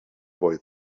boy